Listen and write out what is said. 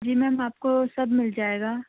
جی ma'am آپ کو سب مل جائے گا